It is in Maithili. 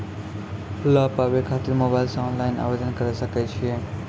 लाभ पाबय खातिर मोबाइल से ऑनलाइन आवेदन करें सकय छियै?